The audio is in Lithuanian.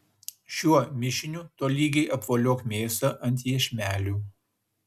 šiuo mišiniu tolygiai apvoliok mėsą ant iešmelių